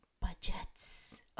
budgets